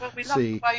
see